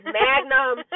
magnum